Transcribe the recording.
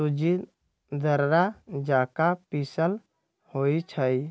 सूज़्ज़ी दर्रा जका पिसल होइ छइ